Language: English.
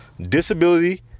disability